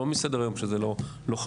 לא מסדר היום שזה לא חשוב,